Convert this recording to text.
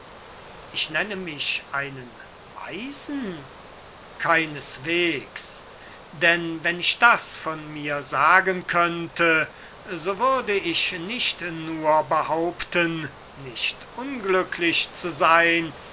ich nenne mich einen weisen keineswegs denn wenn ich das von mir sagen könnte so würde ich nicht nur behaupten nicht unglücklich zu sein